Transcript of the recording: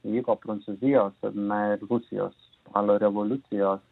vyko prancūzijos na ir rusijos spalio revoliucijos